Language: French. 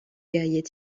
guerriers